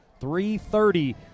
3.30